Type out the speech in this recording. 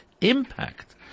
impact